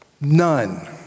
none